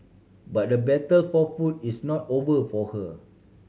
but the battle for food is not over for her